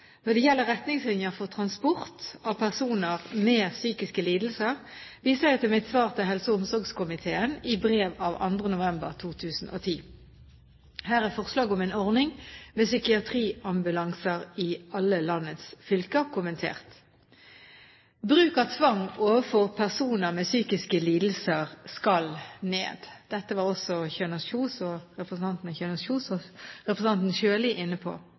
når politiet bistår. Når det gjelder retningslinjer for transport av personer med psykiske lidelser, viser jeg til mitt svar til helse- og omsorgskomiteen i brev av 2. november 2010. Her er forslag om en ordning med psykiatriambulanser i alle landets fylker kommentert. Bruk av tvang overfor personer med psykiske lidelser skal ned. Dette var også representantene Kjønaas Kjos og Sjøli inne på.